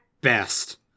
best